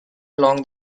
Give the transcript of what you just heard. along